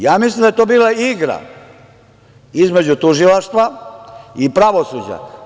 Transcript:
Ja mislim da je to bila igra između tužilaštva i pravosuđa.